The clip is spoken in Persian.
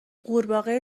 غورباغه